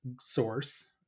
source